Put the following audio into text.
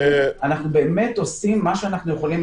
אנחנו באמת עושים מה שאנחנו יכולים.